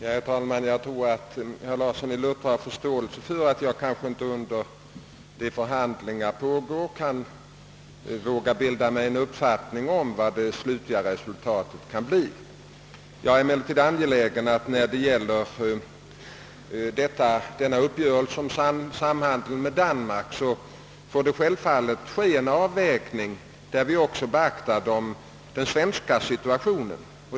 Herr talman! Jag tror att herr Larsson i Luttra har förståelse för att jag under det att förhandlingar pågår inte vågar bilda mig en uppfattning om vilket det slutliga resultatet kan bli. Inför en uppgörelse med Danmark om samhandel måste vi emellertid göra en avvägning, där vi också beaktar den svenska situationen.